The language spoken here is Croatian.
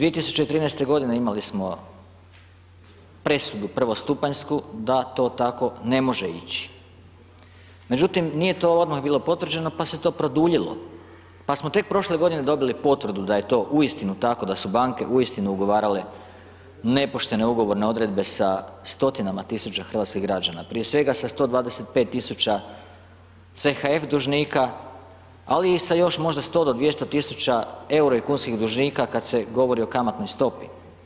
2013. godine imali smo presudu prvostupanjsku da to tako ne može ići, međutim nije to odmah bilo potvrđeno pa se to produljilo, pa smo tek prošle godine dobili potvrdu da je to uistinu tako, da su banke uistinu ugovarale nepoštene ugovorne odredbe sa 100-tinama tisuća hrvatskih građana, prije svega sa 125.000 CHF dužnika, ali i sa još možda 100 do 200.000 EURO i kunskih dužnika kad se govori o kamatnoj stopi.